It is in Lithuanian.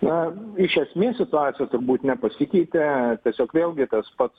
na iš esmės situacija turbūt nepasikeitė tiesiog vėlgi tas pats